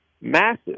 massive